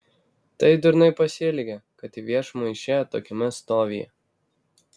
tai durnai pasielgė kad į viešumą išėjo tokiame stovyje